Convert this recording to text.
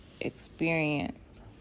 experience